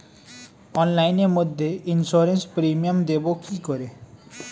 অনলাইনে মধ্যে insurance premium দেবো কি করে?